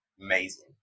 amazing